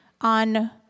on